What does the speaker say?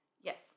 Yes